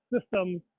systems